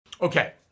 Okay